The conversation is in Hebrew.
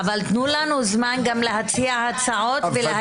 אבל תנו לנו זמן גם להציע הצעות ולהגיש הסתייגויות.